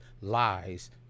lies